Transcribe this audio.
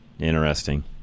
Interesting